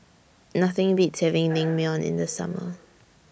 Nothing Beats having Naengmyeon in The Summer